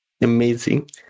Amazing